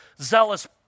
zealous